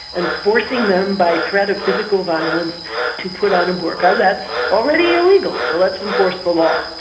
and forcing them by threat of physical violence to put on a burqa, that's already illegal. so let's enforce the law.